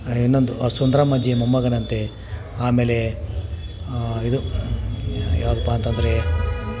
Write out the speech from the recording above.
ಇನ್ನೊಂದು ಸುಂದ್ರಮ್ಮಜ್ಜಿ ಮೊಮ್ಮಗನಂತೆ ಆಮೇಲೆ ಇದು ಯಾವುದಪ್ಪ ಅಂತಂದರೆ ನಾ